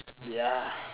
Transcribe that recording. ya